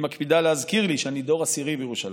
היא מקפידה להזכיר לי שאני דור עשירי בירושלים.